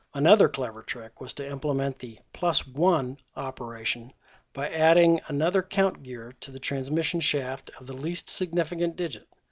another clever trick was to implement the plus one operation by adding another count gear to the transmission shaft of the least significant digit,